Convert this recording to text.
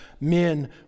men